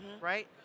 right